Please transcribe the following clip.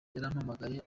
yarampamagaye